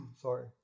Sorry